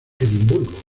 edimburgo